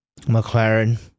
McLaren